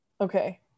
Okay